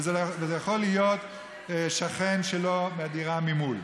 וזה יכול להיות שכן שלו מהדירה ממול."